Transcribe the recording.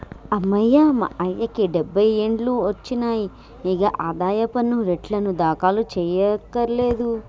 అమ్మయ్య మా అయ్యకి డబ్బై ఏండ్లు ఒచ్చినాయి, ఇగ ఆదాయ పన్ను రెటర్నులు దాఖలు సెయ్యకర్లేదు